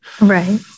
Right